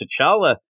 T'Challa